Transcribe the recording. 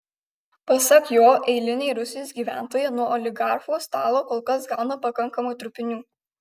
pasak jo eiliniai rusijos gyventojai nuo oligarchų stalo kol kas gauna pakankamai trupinių